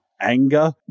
anger